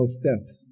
steps